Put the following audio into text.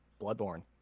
Bloodborne